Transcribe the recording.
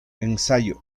ensayo